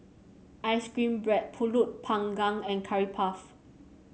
ice cream bread pulut panggang and Curry Puff